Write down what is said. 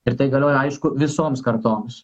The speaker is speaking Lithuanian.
ir tai galioja aišku visoms kartoms